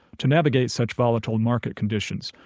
to navigate such volatile market conditions,